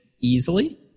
easily